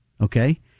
Okay